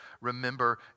remember